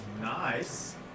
Nice